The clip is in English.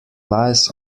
lies